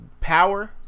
power